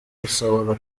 gusohora